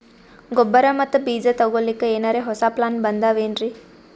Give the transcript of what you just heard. ಗೊಬ್ಬರ ಮತ್ತ ಬೀಜ ತೊಗೊಲಿಕ್ಕ ಎನರೆ ಹೊಸಾ ಪ್ಲಾನ ಬಂದಾವೆನ್ರಿ?